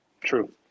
True